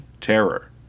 Terror